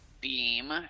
beam